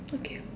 okay